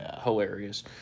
hilarious